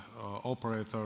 operator